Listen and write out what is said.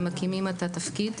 והם מקימים את התפקיד.